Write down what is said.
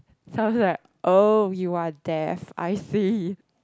so I was like oh you are deaf I see